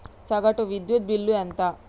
సగటు విద్యుత్ బిల్లు ఎంత?